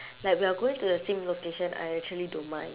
like we're going to the same location I actually don't mind